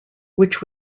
which